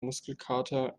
muskelkater